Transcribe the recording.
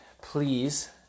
Please